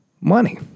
money